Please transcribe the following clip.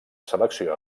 selecció